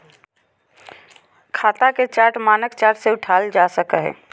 खाता के चार्ट मानक चार्ट से उठाल जा सकय हइ